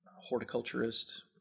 Horticulturist